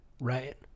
Right